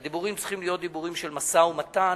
של משא-ומתן.